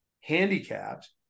handicapped